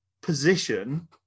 position